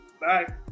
Bye